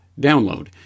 download